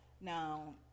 now